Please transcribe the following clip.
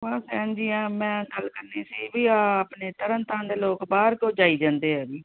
ਵਾ ਭੈਣ ਜੀ ਆ ਮੈਂ ਗੱਲ ਕਰਨੀ ਸੀ ਵੀ ਆਹ ਆਪਣੇ ਤਰਨਤਾਰਨ ਦੇ ਲੋਕ ਬਾਹਰ ਕਿਉਂ ਜਾਈ ਜਾਂਦੇ ਆ ਜੀ